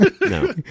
No